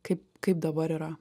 kaip kaip dabar yra